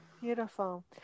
Beautiful